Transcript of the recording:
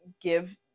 give